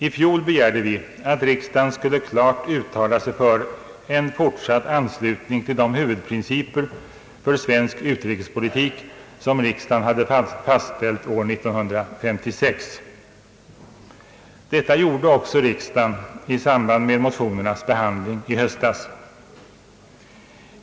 I fjol begärde vi att riksdagen skulle klart uttala sig för en fortsatt anslutning till de huvudprinciper för svensk utrikespolitik som riksdagen fastställde år 1956. Detta gjorde också riksdagen i samband med motionernas behandling i höstas.